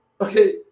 okay